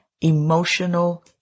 emotional